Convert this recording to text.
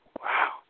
Wow